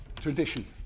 tradition